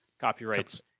copyrights